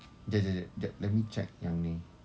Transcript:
jap jap jap jap let me check yang ni